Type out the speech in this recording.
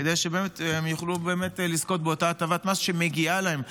כדי שהם באמת יוכלו לזכות באותה הטבת מס שמגיעה להם.